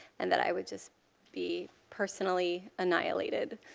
and that i would just be personally annihilated.